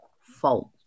fault